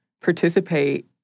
participate